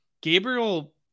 Gabriel